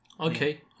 Okay